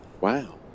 Wow